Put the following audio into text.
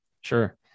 Sure